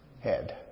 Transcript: head